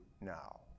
now